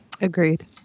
agreed